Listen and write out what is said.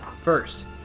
first